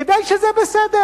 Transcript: כדי שזה יהיה בסדר.